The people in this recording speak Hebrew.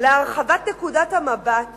להרחבת נקודת המבט